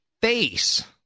face